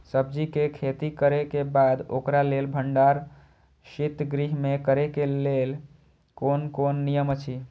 सब्जीके खेती करे के बाद ओकरा लेल भण्डार शित गृह में करे के लेल कोन कोन नियम अछि?